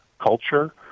culture